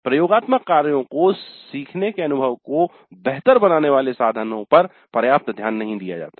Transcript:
प्रयोगात्मक कार्यों को सीखने के अनुभव को बेहतर बनाने वाले साधनों पर पर्याप्त ध्यान नहीं दिया जाता है